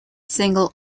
single